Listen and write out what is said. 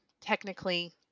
technically